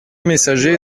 messager